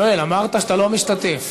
אמרת שאתה לא משתתף.